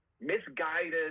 misguided